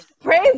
Praise